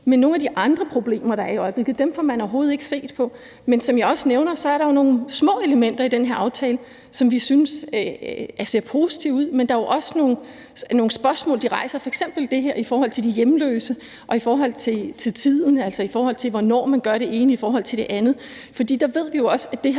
nogle af de andre problemer, der er i øjeblikket, får man overhovedet ikke set på. Men som jeg også nævner, er der jo nogle små elementer i den her aftale, som vi synes ser positive ud. Men der er jo også nogle spørgsmål, som det rejser, f.eks. det her om de hjemløse og om tiden, altså i forhold til hvornår man gør det ene i forhold til det andet. For der ved vi jo også, at det har